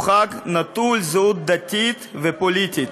הוא חג נטול זהות דתית ופוליטית.